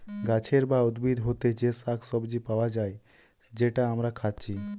গাছের বা উদ্ভিদ হোতে যে শাক সবজি পায়া যায় যেটা আমরা খাচ্ছি